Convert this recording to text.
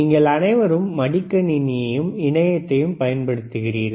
நீங்கள் அனைவரும் மடிக் கணினியையும் இணையத்தையும் பயன்படுத்துகிறீர்கள்